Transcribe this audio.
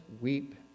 weep